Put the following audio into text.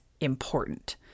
important